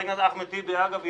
אגב,